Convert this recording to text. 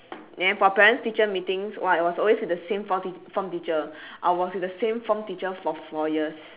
then for parents teachers meetings !wah! it was always with the same form teac~ form teacher I was with the same form teacher for four years